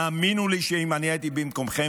האמינו לי שאם אני הייתי במקומכם,